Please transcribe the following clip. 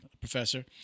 professor